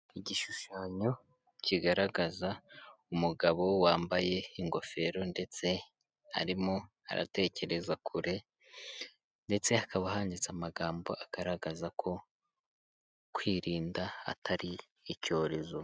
Igishushanyo kigaragaza umugabo wambaye ingofero, ndetse arimo aratekereza kure, ndetse hakaba handitse amagambo agaragaza ko kwirinda atari icyorezo.